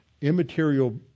immaterial